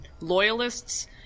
Loyalists